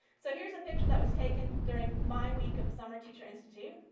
so here's a picture that was taken during my week of the summer teacher institute.